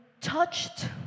touched